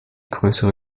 größere